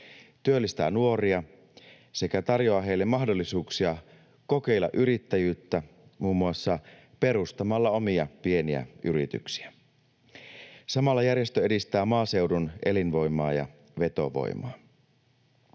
työllistää nuoria sekä tarjoaa heille mahdollisuuksia kokeilla yrittäjyyttä muun muassa perustamalla omia pieniä yrityksiä. Samalla järjestö edistää maaseudun elinvoimaa ja vetovoimaa.